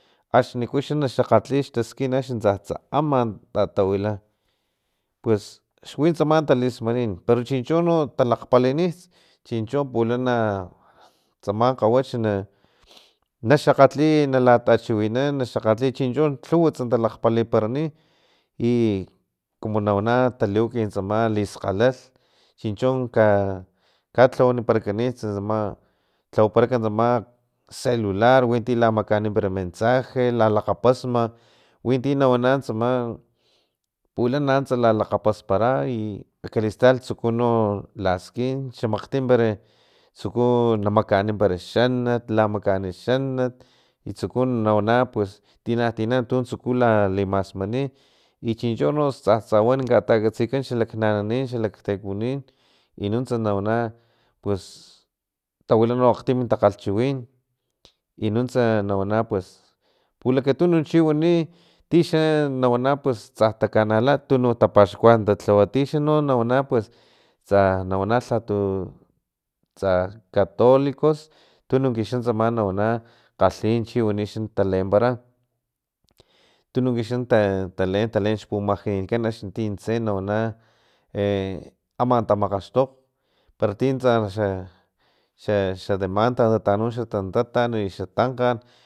Axni ku xa naxakgatli xtaskin axni tsatsa ama tatawila pues wi tsama talismaninpero chincho no talakgpalini chincho pulanatsam kgawach na naxakgatli nalatachiwinan naxakgatli chincho no lhuwats talakgpalini ikumunawana taliwaki tsama liskgalalh chincho ka tlawaniparakanits tsama tlawaparak tsama celular winti lamakaani para mensaje lalakgapasma winti nawana tsama pulana ants lalakgapaspara i akalistal tsuku no laskin xamakgtim pere tsuku namakaani para xanat lamakaani xanat i natsuku wana tina tina tsuku la masmani i chicho no tsatsa awan takatsikan xalak nananin i xalakteconin i nuntsa nawana pus tawala aktim takgalhchiwin i nuntsa nawana pues pulakatunu chiwani tixa nawana pus tsa takanla tunuk tapaxkuan talhawa tixano na wana tsa nawana lhatu tsa catolicos tununk tsama nawana kgalhi chiwani xa taleempara tununk xa taleen taleen pumaxininkan axni tinse nawana e ama tamakgaxtokg pero tintsa xa xa xademanta tatanu xa tantatan i xa tankgan